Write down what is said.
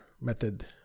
method